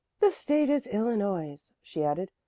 the state is illinois, she added,